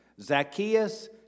Zacchaeus